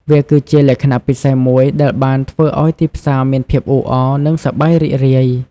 វាគឺជាលក្ខណៈពិសេសមួយដែលបានធ្វើឲ្យទីផ្សារមានភាពអ៊ូអរ និងសប្បាយរីករាយ។